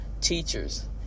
teachers